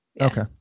Okay